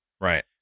right